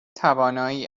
توانایی